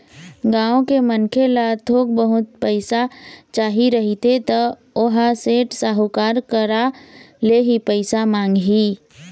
गाँव के मनखे ल थोक बहुत पइसा चाही रहिथे त ओहा सेठ, साहूकार करा ले ही पइसा मांगही